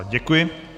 Děkuji.